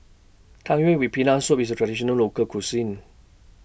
Tang Yuen with Peanut Soup IS A Traditional Local Cuisine